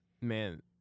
man